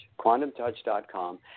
quantumtouch.com